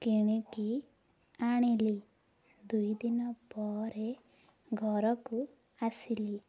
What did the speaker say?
କିଣିକି ଆଣିଲି ଦୁଇଦିନ ପରେ ଘରକୁ ଆସିଲି